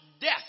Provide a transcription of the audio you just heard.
death